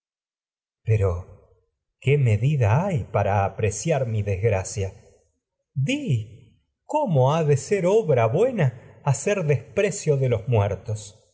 pero qué medida ha de ser hay para apreciar mi hacer des ger desgracia di cómo precio minó obra buena corazón de tal los muertos